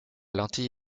lentille